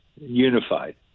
unified